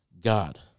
God